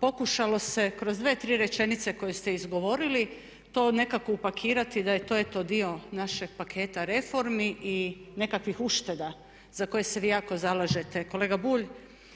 pokušalo se kroz dvije, tri rečenice koje ste izgovorili to nekako upakirati da je to eto dio našeg paketa reformi i nekakvih ušteda za koje se vi jako zalažete. Kolega Bulj,